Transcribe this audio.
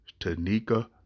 Tanika